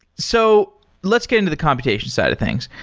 so let's get into the computation side of things.